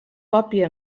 còpia